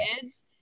kids